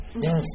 Yes